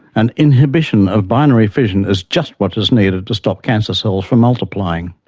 and inhibition of binary fission is just what is needed to stop cancer cells from multiplying.